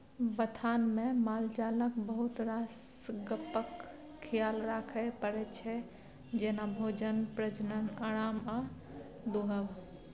बथानमे मालजालक बहुत रास गप्पक खियाल राखय परै छै जेना भोजन, प्रजनन, आराम आ दुहब